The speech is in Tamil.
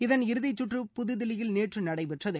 இதன் இறுதிச்சுற்று புதுதில்லியில் நேற்று நடைபெற்றது